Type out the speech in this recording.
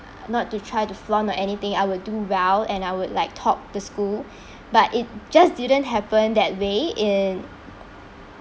not to try to flaunt or anything I will do well and I would like top the school but it just didn't happen that way in